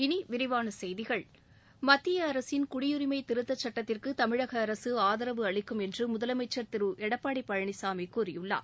இனி விரிவான செய்திகள் மத்திய அரசின் குடியுரிமை திருத்தச் சட்டத்திற்கு தமிழக அரசு ஆதரவு அளிக்கும் என்று முதலமைச்சர் திரு எடப்பாடி பழனிசாமி கூறியுள்ளார்